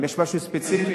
אם יש משהו ספציפי,